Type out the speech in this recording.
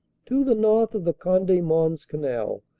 to the north of the conde mons canal,